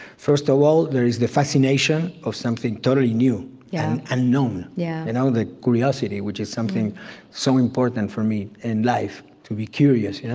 first of all, there is the fascination of something totally new yeah unknown yeah and um the curiosity, which is something so important for me in life, to be curious. you know